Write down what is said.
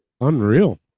unreal